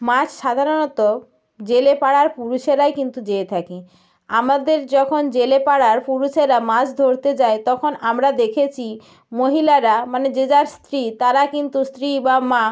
মাছ সাধারণত জেলে পাড়ার পুরুষেরাই কিন্তু যেয়ে থাকে আমাদের যখন জেলে পাড়ার পুরুষেরা মাস ধরতে যায় তখন আমরা দেখেছি মহিলারা মানে যে যার স্ত্রী তারা কিন্তু স্ত্রী বা মা